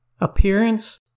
Appearance